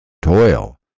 toil